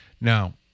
Now-